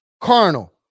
carnal